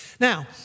Now